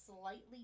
slightly